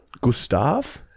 Gustav